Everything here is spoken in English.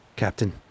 Captain